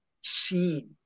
seen